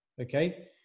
Okay